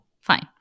fine